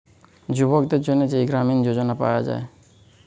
যুবকদের জন্যে যেই গ্রামীণ যোজনা পায়া যায়